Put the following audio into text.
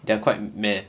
they are quite mad